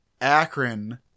Akron